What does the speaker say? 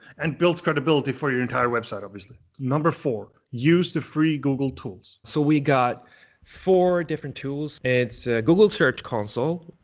and builds credibility for your entire website, obviously. number four, use the free google tools. so we got four different tools. it's google search console,